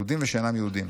יהודים ושאינם יהודים.